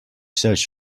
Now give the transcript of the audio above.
search